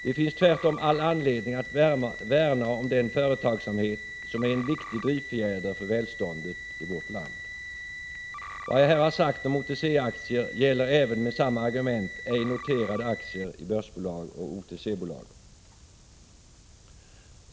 Det finns tvärtom all anledning att värna om den företagsamhet som är en viktig drivfjäder för välståndet i vårt land. Vad jag här har sagt om OTC-aktier gäller även med samma argument ej noterade aktier i börsbolag och OTC-bolag.